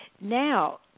now